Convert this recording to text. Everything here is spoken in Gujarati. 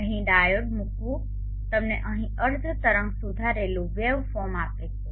અહીં ડાયોડ મૂકવું તમને અહીં અર્ધ તરંગ સુધારેલું વેવફોર્મ આપે છે